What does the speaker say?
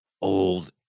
old